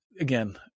again